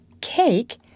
Cake